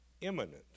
imminent